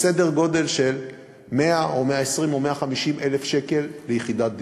בסדר גודל של 100,000 או 120,000 או 150,000 שקל ליחידת דיור.